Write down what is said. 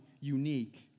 unique